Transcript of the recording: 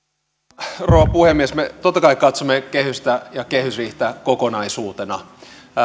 arvoisa rouva puhemies me totta kai katsomme kehystä ja kehysriihtä kokonaisuutena